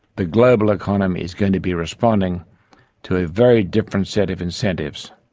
the global economy is going to be responding to a very different set of incentives.